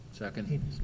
Second